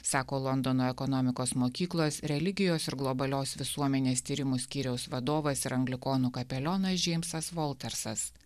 sako londono ekonomikos mokyklos religijos ir globalios visuomenės tyrimų skyriaus vadovas ir anglikonų kapelionas džeimsas voltersas